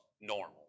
normal